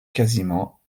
quasiment